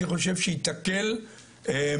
אני חושב שהיא תקל מאוד,